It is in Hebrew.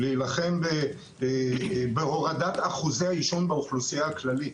כדי להילחם בהורדת אחוזי העישון באוכלוסייה הכללית.